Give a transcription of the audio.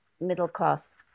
middle-class